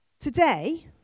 Today